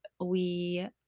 we-